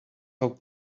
how